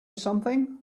something